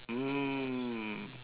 mm